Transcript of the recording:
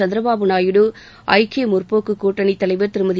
சந்திரபாபு நாயுடு ஐக்கிய முற்போக்கு கூட்டணி தலைவர் திருமதி